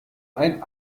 ein